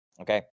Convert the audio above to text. okay